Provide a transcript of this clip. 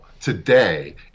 today